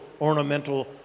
ornamental